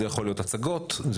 הצגות,